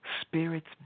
Spirit's